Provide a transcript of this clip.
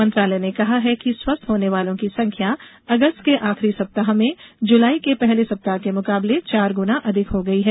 मंत्रालय ने कहा है कि स्वस्थ होने वालों की संख्या अगस्त के आखिरी सप्ताह में जुलाई के पहले सप्ताह के मुकाबले चार गुना अधिक हो गई है